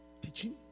teaching